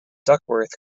duckworth